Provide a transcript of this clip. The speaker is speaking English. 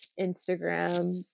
Instagram